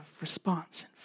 response